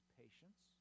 patience